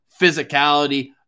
physicality